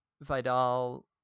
Vidal